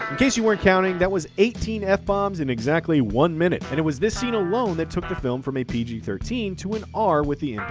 case you weren't counting, that was eighteen f-bombs in exactly one minute. and it was this scene alone that took the film from a pg thirteen to an r with the